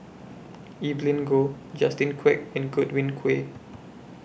Evelyn Goh Justin Quek and Godwin Koay